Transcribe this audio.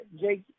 Jake